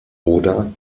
oder